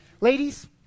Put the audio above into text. Ladies